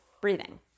breathing